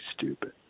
stupid